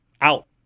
out